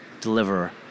deliverer